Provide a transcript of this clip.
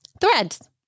threads